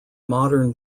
modern